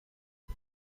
son